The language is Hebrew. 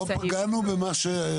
לא פגענו במה.